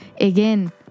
Again